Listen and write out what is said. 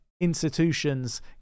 institutions